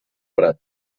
prat